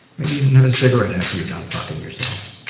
maybe have a cigarette after you're done fucking yourself.